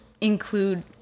include